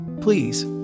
please